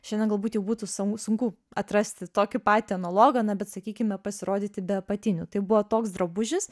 šiandien galbūt jau būtų san sunku atrasti tokį patį analogą na bet sakykime pasirodyti be apatinių tai buvo toks drabužis